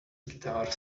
guitar